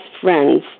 friends